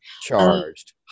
charged